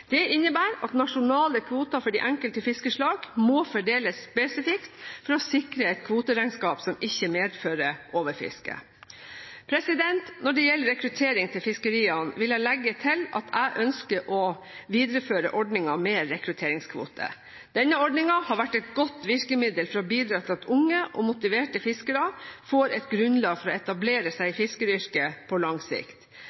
innebærer at nasjonale kvoter for de enkelte fiskeslag må fordeles spesifikt, for å sikre et kvoteregnskap som ikke medfører overfiske. Når det gjelder rekruttering til fiskeriene, vil jeg legge til at jeg ønsker å videreføre ordningen med rekrutteringskvoter. Denne ordningen har vært et godt virkemiddel for å bidra til at unge og motiverte fiskere får et grunnlag for å etablere seg i